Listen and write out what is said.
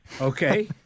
okay